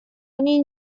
они